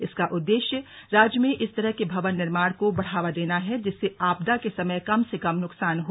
इसका उद्देश्य राज्य में इस तरह के भवन निर्माण को बढ़ावा देना है जिससे आपदा के समय कम से कम नुकसान हो